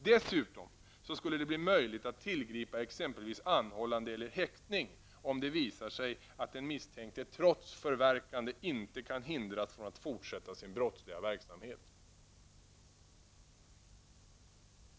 Dessutom skulle det bli möjligt att tillgripa exempelvis anhållande och häktning om det visar sig att den misstänkte trots förverkande inte kan hindras från att fortsätta sin brottsliga verksamhet.